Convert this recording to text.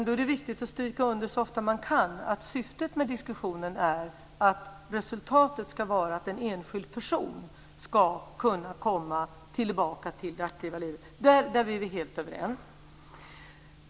Då är det viktigt att så ofta man kan stryka under att syftet med diskussionen är att resultatet ska vara att en enskild person ska kunna komma tillbaka till det aktiva livet. Där är vi helt överens.